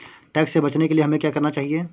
Tax से बचने के लिए हमें क्या करना चाहिए?